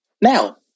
Now